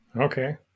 Okay